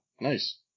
Nice